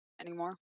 anymore